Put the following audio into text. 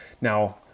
Now